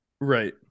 Right